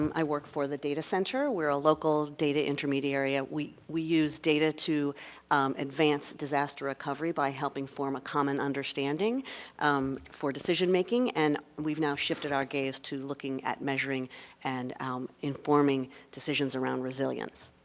i work for the data center. we're a local data intermediary. ah we we use data to advance disaster recovery by helping form a common understanding for decision-making and we've now shifted our gaze to looking at measuring and informing decisions around resilience.